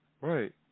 Right